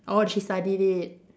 orh she studied it